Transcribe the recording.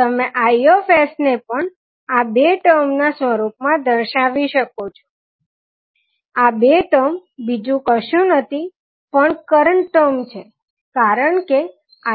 હવે પછી તમે Is ને પણ આ બે ટર્મ ના સ્વરુપમા દર્શાવી શકો છો આ બે ટર્મ બીજું કશું નથી પણ કરંટ ટર્મ છે કારણ કે